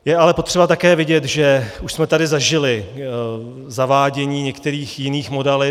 Je ale potřeba také vidět, že už jsme tady zažili zavádění některých jiných modalit.